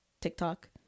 TikTok